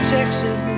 Texas